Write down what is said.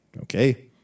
Okay